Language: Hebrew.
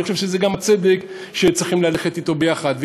אני חושב שזה גם הצדק שצריכים ללכת אתו ביחד.